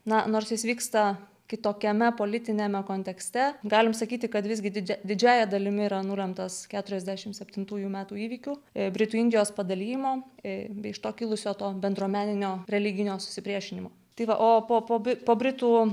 na nors jis vyksta kitokiame politiniame kontekste galim sakyti kad visgi didžiąja dalimi yra nulemtas keturiasdešim septintųjų metų įvykių britų indijos padalijimo į bei iš to kilusio to bendruomeninio religinio susipriešinimo tai va o po po britų